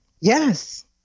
Yes